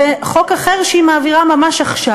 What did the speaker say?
בחוק אחר שהיא מעבירה ממש עכשיו,